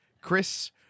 Chris